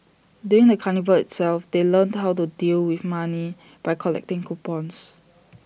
during the carnival itself they learnt how to deal with money by collecting coupons